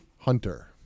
Hunter